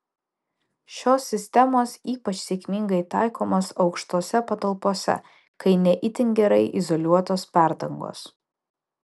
šios sistemos ypač sėkmingai taikomos aukštose patalpose kai ne itin gerai izoliuotos perdangos